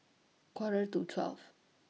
Quarter to twelve